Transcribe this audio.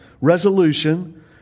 resolution